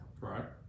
right